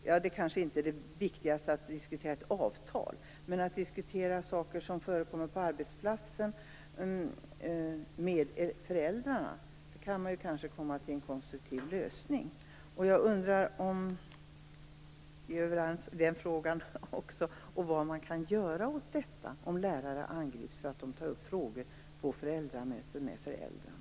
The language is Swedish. Ja, det kanske inte är det viktigaste att diskutera ett avtal, men genom att diskutera saker som förekommer på arbetsplatsen med föräldrarna kan man kanske komma till en konstruktiv lösning. Jag undrar om vi är överens i den frågan också och vad man kan göra åt detta, om lärare angrips för att de tar upp frågor på föräldramöten med föräldrarna.